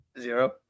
Zero